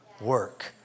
work